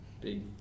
big